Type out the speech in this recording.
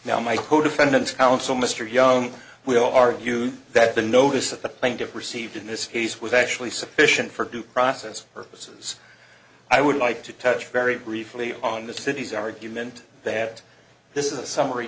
now my co defendants counsel mr young will argue that the notice of the plaintiffs received in this case was actually sufficient for due process purposes i would like to touch very briefly on the city's argument that this is a summary